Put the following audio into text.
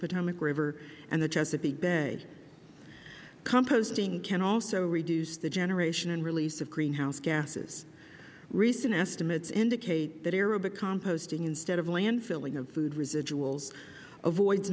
potomac river and the chesapeake bay composting can also reduce the generation and release of greenhouse gases recent estimates indicate that aerobic composting instead of landfilling of food residuals avoids